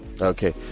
Okay